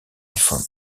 iphone